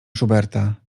schuberta